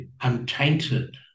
untainted